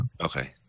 Okay